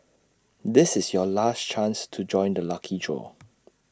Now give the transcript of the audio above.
this is your last chance to join the lucky draw